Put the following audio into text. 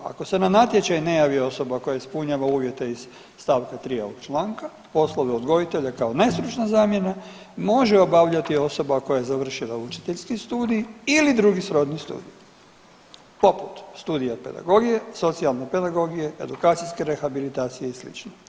Ako se na natječaj ne javi osoba koja ispunjava uvjete iz stavka 3. ovog članka poslove odgojitelja kao nestručna zamjena može obavljati osoba koja je završila učiteljski studij ili drugi srodni studij poput studija pedagogije, socijalne pedagogije, edukacijske rehabilitacije i slično.